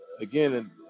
again